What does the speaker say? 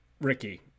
Ricky